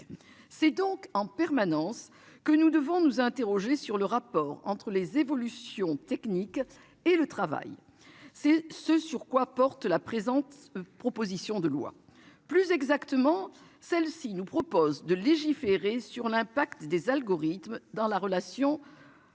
C'est donc en permanence que nous devons nous interroger sur le rapport entre les évolutions techniques et le travail c'est ce sur quoi porte la présente, proposition de loi plus exactement celles-ci nous proposent de légiférer sur l'impact des algorithmes dans la relation.